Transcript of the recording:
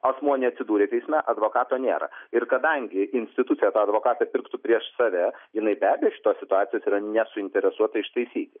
asmuo neatsidūrė teisme advokato nėra ir kadangi institucija tą advokatą pirktų prieš save jinai be abejo šitos situacijos yra nesuinteresuota ištaisyti